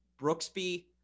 Brooksby